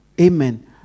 Amen